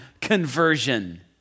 conversion